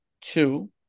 two